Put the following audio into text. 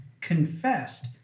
confessed